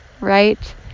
right